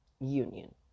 union